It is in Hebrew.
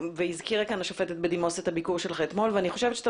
הזכירה כאן השופטת בדימוס את הביקור שלך אתמול ואני חושבת שאתה